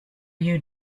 you